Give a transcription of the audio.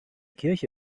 kirche